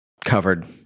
covered